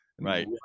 right